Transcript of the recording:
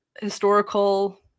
historical